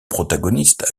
protagonistes